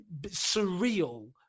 surreal